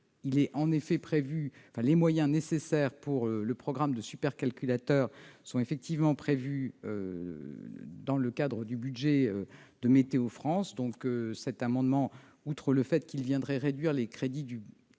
les moyens nécessaires pour le programme de supercalculateur sont effectivement prévus dans le cadre du budget de Météo France. Cet amendement, outre le fait qu'il viendrait réduire les moyens de